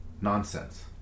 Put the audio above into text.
nonsense